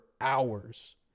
hours